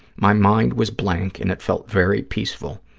my mind was blank and it felt very peaceful.